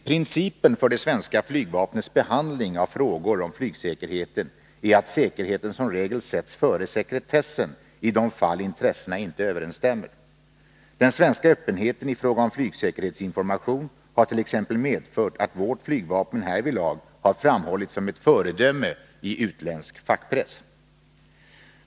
Principen för det svenska flygvapnets behandling av frågor om flygsäkerheten är att säkerheten som regel sätts före sekretessen i de fall intressena inte överensstämmer. Den svenska öppenheten i fråga om flygsäkerhetsinformation hart.ex. medfört att vårt flygvapen härvidlag har framhållits som ett föredöme i utländsk fackpress.